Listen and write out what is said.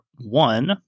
one